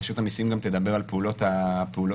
רשות המיסים גם תדבר על פעולות האכיפה.